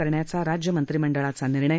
करण्याचा राज्य मंत्रिमंडळाचा निर्णय